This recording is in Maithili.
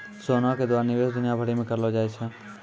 सोना के द्वारा निवेश दुनिया भरि मे करलो जाय छै